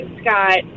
Scott